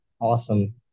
awesome